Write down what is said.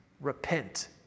repent